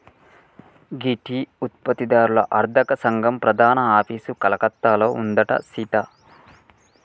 గీ tea ఉత్పత్తి దారుల అర్తక సంగం ప్రధాన ఆఫీసు కలకత్తాలో ఉందంట సీత